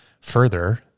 further